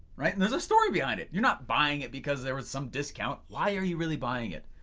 right? and there's a story behind it. you're not buying it because there was some discount, why are you really buying it?